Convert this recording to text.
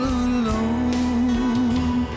alone